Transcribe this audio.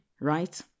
right